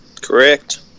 Correct